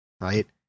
right